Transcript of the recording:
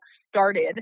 started